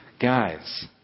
Guys